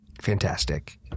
fantastic